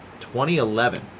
2011